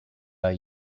out